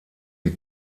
die